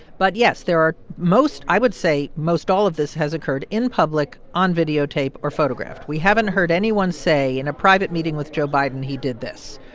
but yes, there are most i would say most all of this has occurred in public, on videotape or photographed. we haven't heard anyone say, in a private meeting with joe biden, he did this.